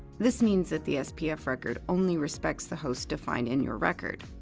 this means that the spf record only respects the host defined in your record.